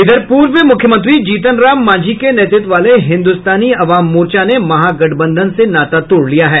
इधर पूर्व मुख्यमंत्री जीतन राम मांझी के नेतृत्व वाले हिन्दुस्तानी अवाम मोर्चा ने महागठबंधन से नाता तोड़ लिया है